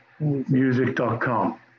Music.com